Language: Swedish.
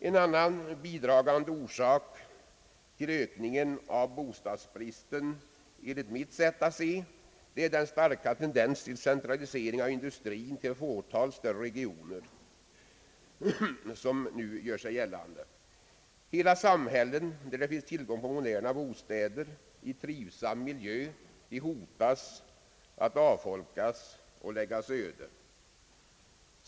En annan bidragande orsak till ökningen av bostadsbristen är enligt mitt sätt att se den starka tendens till centralisering av industrien till ett fåtal större regioner som nu gör sig gällan de. Hela samhällen, där det finns tillgång till moderna bostäder i trivsam miljö, hotas att avfolkas och läggas öde.